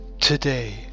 Today